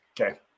Okay